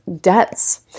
debts